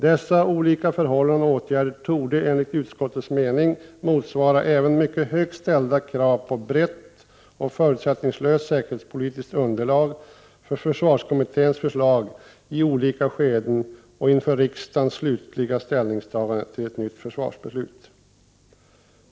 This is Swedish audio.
Dessa olika förhållanden och åtgärder torde enligt utskottets mening motsvara även mycket högt ställda krav på brett och förutsättningslöst säkerhetspolitiskt underlag för försvarskommitténs förslag i olika skeden och inför riksdagens slutliga ställningstagande till ett nytt försvarsbeslut.